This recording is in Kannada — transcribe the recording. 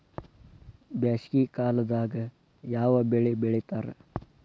ಬ್ಯಾಸಗಿ ಕಾಲದಾಗ ಯಾವ ಬೆಳಿ ಬೆಳಿತಾರ?